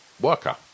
Worker